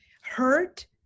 hurt